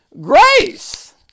grace